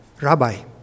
Rabbi